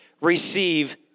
receive